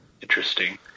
interesting